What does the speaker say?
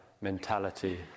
mentality